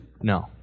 No